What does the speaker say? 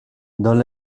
dans